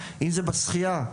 אם זה בשחיה,